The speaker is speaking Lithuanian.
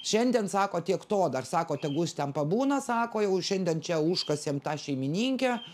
šiandien sako tiek to dar sako tegu jis ten pabūna sako jau šiandien čia užkasėm tą šeimininkę